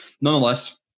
Nonetheless